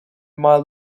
mild